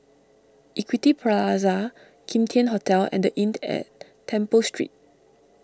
Equity Plaza Kim Tian Hotel and the Inn at Temple Street